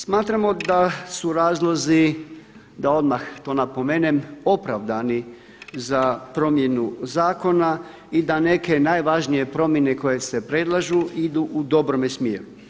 Smatramo da su razlozi da odmah to napomenem opravdani za promjenu zakona i da neke najvažnije promjene koje se predlažu idu u dobrome smjeru.